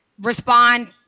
respond